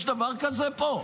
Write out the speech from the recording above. יש דבר כזה פה?